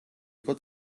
იყო